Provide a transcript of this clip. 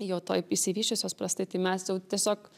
jau taip išsivysčiusios prastai tai mes jau tiesiog